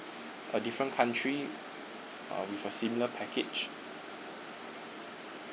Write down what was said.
a different country um with a similar package